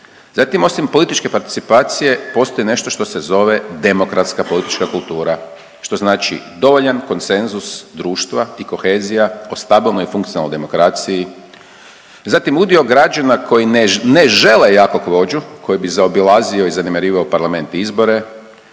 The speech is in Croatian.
Zatim osim političke participacije postoji nešto što se zove demokratska politička kultura što znači dovoljan konsenzus društva i kohezija o stabilnoj funkcionalnoj demokraciji. Zatim udio građana koji ne žele jakog vođu koji bi zaobilazio i zanemarivao parlament i izbore,